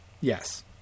Yes